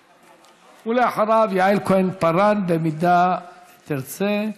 ואחריו, יעל כהן-פארן, אם תרצה.